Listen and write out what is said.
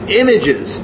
images